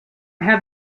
have